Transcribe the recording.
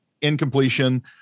incompletion